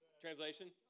Translation